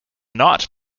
not